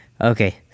Okay